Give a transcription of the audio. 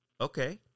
Okay